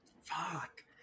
Fuck